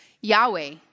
Yahweh